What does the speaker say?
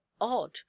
odd